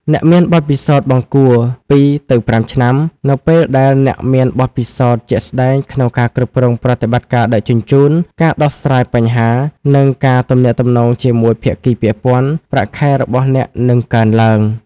អ្នកមានបទពិសោធន៍បង្គួរ (2ទៅ5 ឆ្នាំ) នៅពេលដែលអ្នកមានបទពិសោធន៍ជាក់ស្តែងក្នុងការគ្រប់គ្រងប្រតិបត្តិការដឹកជញ្ជូន ការដោះស្រាយបញ្ហា និងការទំនាក់ទំនងជាមួយភាគីពាក់ព័ន្ធ ប្រាក់ខែរបស់អ្នកនឹងកើនឡើង។